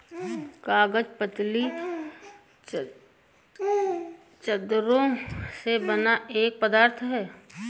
कागज पतली चद्दरों से बना एक पदार्थ है